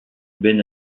ben